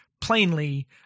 plainly